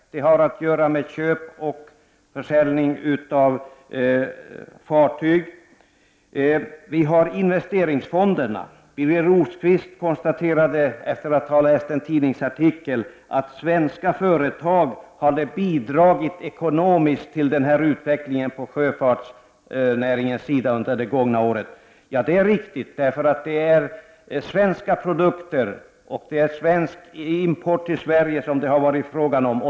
Den har att göra med köp och försäljning av fartyg. Vi har investeringsfonderna. Birger Rosqvist konstaterade, efter att ha läst en tidningsartikel, att svenska företag har bidragit ekonomiskt till denna utveckling på sjöfartsnäringens sida under det gångna året. Ja, det är riktigt. Det är svenska produkter, och det har varit fråga om import till Sverige.